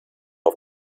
auf